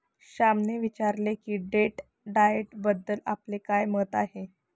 श्यामने विचारले की डेट डाएटबद्दल आपले काय मत आहे?